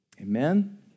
Amen